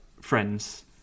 Friends